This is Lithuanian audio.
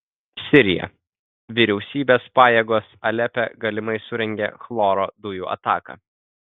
sirija vyriausybės pajėgos alepe galimai surengė chloro dujų ataką